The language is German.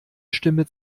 stimme